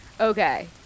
okay